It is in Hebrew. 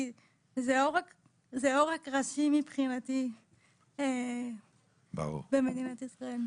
כי זה עורק ראשי מבחינתי במדינת ישראל.